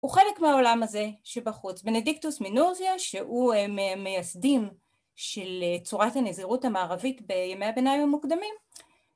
הוא חלק מהעולם הזה שבחוץ. בנדיקטוס מנוזיה שהוא מייסדים של צורת הנזירות המערבית בימי הביניים המוקדמים